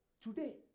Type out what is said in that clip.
Today